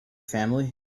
family